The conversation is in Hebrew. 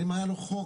אם היה לו חוק,